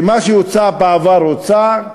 שמה שהוצע בעבר הוצע,